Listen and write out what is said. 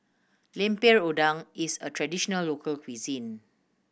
Lemper Udang is a traditional local cuisine